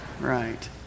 right